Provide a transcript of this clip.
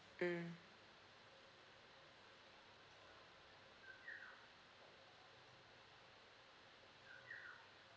mm